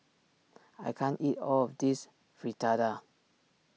I can't eat all of this Fritada